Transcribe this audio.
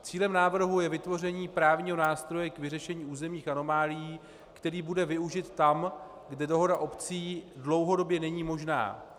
Cílem návrhu je vytvoření právního nástroje k vyřešení územních anomálií, který bude využit tam, kde dohoda obcí dlouhodobě není možná.